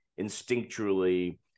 instinctually